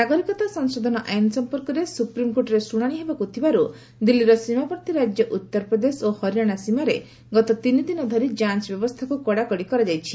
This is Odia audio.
ନାଗରିକତା ସଂଶୋଧନ ଆଇନ୍ ସମ୍ପର୍କରେ ସୁପ୍ରିମ୍କୋର୍ଟରେ ଶୁଣାଣି ହେବାକୁ ଥିବାରୁ ଦିଲ୍ଲୀର ସୀମାବର୍ତ୍ତୀ ରାଜ୍ୟ ଉତ୍ତରପ୍ରଦେଶ ଓ ହରିଆଣା ସୀମାରେ ଗତ ତିନି ଦିନ ଧରି ଯାଞ୍ଚ ବ୍ୟବସ୍ଥାକୁ କଡ଼ାକଡ଼ି କରାଯାଇଛି